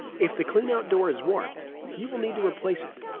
if the cleanout door is warped you will need to replace it.